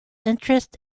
interest